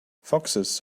foxes